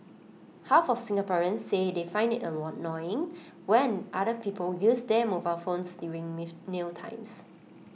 half of Singaporeans say they find IT annoying when other people use their mobile phones during mealtimes